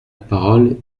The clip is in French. parole